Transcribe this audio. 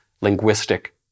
linguistic